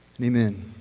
Amen